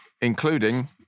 including